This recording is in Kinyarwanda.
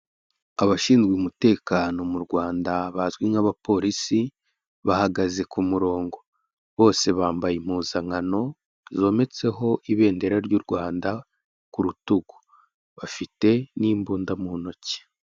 Abashinzwe umutekano mu Rwanda bazwi nk'abapolisi bahagaze ku murongo. Bose bambaye impuzankano zometseho ibendera ry'u Rwanda ku rutugu. bafite n'imbunda mu ntoki.